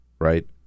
Right